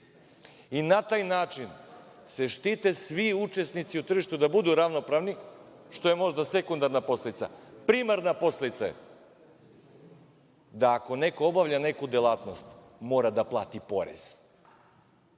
Na taj način se štite svi učesnici u tržištu, da budu ravnopravni, što je možda sekundarna posledica. Primarna posledica je da ako neko obavlja neku delatnost mora da plati porez.